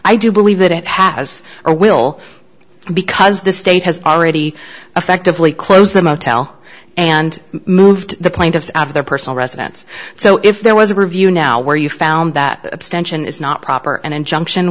i do believe that it has or will because the state has already effectively closed the motel and moved the plaintiffs out of their personal residence so if there was a review now where you found that abstention is not proper and injunction